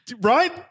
Right